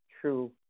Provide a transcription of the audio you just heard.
true